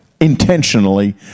intentionally